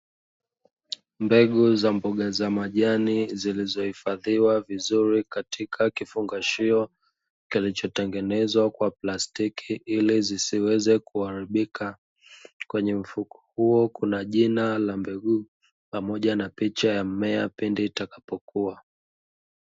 Mbegu za mboga za majani zilizohifadhiwa vizuri katika kifungashio kilichotengenezwa kwa plastiki ili zisiweze kuharibika. Kwenye mfuko huo kuna jina la mbegu pamoja na picha ya mmea pindi itakapokuwa.